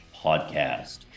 podcast